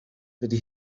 dydy